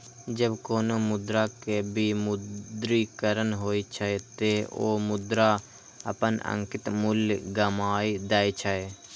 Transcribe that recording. जब कोनो मुद्रा के विमुद्रीकरण होइ छै, ते ओ मुद्रा अपन अंकित मूल्य गमाय दै छै